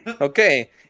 Okay